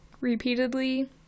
repeatedly